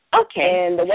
Okay